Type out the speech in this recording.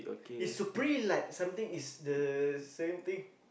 it's supreme like something it's the same thing